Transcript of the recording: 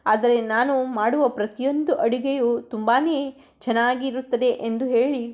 ಆದರೆ ನಾನು ಮಾಡುವ ಪ್ರತಿಯೊಂದು ಅಡುಗೆಯೂ ತುಂಬಾ ಚೆನ್ನಾಗಿರುತ್ತದೆ ಎಂದು ಹೇಳಿ